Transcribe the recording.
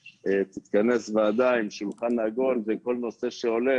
ותתכנס וועדה עם שולחן עגול כדי שכל נושא שעולה,